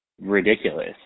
ridiculous